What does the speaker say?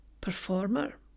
performer